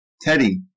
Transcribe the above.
Teddy